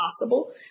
possible